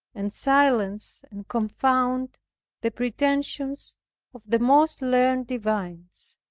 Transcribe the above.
and silence, and confound the pretensions of the most learned divines.